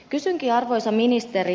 kysynkin arvoisa ministeri